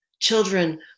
Children